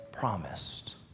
promised